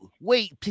wait